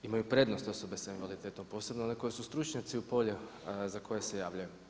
Imaju prednost osobe s invaliditetom, posebno oni koji su stručnjaci u polju za koje se javljaju.